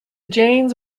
jains